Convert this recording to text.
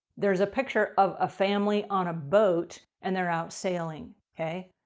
there's a picture of a family on a boat and they're out sailing, okay?